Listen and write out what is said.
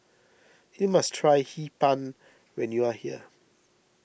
you must try Hee Pan when you are here